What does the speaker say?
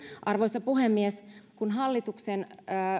arvoisa puhemies kun hallituksen